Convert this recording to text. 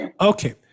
Okay